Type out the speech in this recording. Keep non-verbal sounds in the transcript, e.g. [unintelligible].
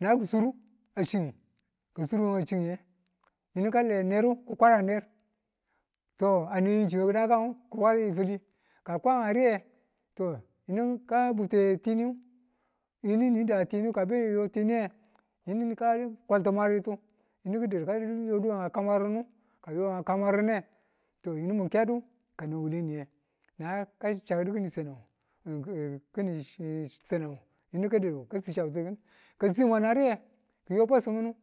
Na ki̱ suru, ng chin ka sur a chin ne yinu kale neru ki kwada ner to ane jo [unintelligible] kidakan ngu ka kwadi̱ fali ng ka a kwa a riye to yinu ka bwaute tiniyu yini na da tiniyu yinu na kwaltu mwaritu yinu ka dado ka yo nga kan mwarinde ka ayo a kan mwarinde to yinu kedu ka wuleniye kaya ka chakdu kini sanang ngu ki̱ni sannag yinu ka daddu ka si chabtu ki̱n ka a si mwana a riye kiyo bwesimu